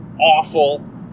awful